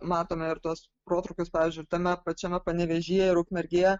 matome ir tuos protrūkius pavyzdžiui tame pačiame panevėžyje ir ukmergėje